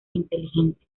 inteligencia